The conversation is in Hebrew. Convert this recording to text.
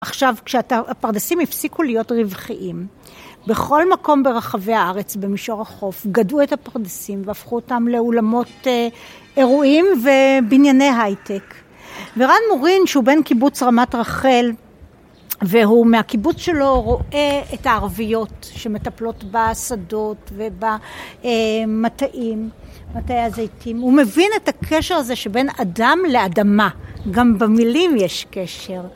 עכשיו כשהפרדסים הפסיקו להיות רווחיים בכל מקום ברחבי הארץ, במישור החוף, גדעו את הפרדסים והפכו אותם לאולמות אירועים ובנייני הייטק. ורן מורין, שהוא בן קיבוץ רמת רחל, והוא מהקיבוץ שלו רואה את הערביות שמטפלות בשדות ובמטעים, מטעי הזיתים. הוא מבין את הקשר הזה שבין אדם לאדמה, גם במילים יש קשר.